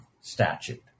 statute